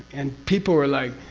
and people were like,